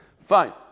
Fine